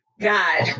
God